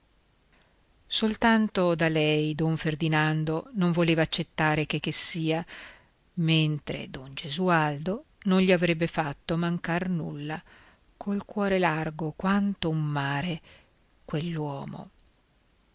soltanto da lei don ferdinando non voleva accettare checchessia mentre don gesualdo non gli avrebbe fatto mancar nulla col cuore largo quanto un mare